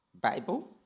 Bible